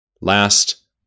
Last